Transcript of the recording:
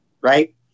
Right